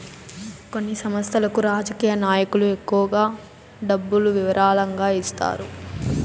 కొన్ని సంస్థలకు రాజకీయ నాయకులు ఎక్కువ డబ్బులు విరాళంగా ఇస్తారు